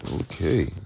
Okay